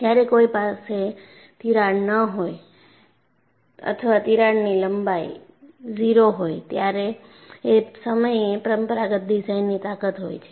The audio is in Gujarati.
જ્યારે કોઈ પાસે તિરાડ ન હોય અથવા તિરાડની લંબાઈ 0 હોય ત્યારે એ સમયે પરમપરાગત ડિઝાઇનની તાકત હોય છે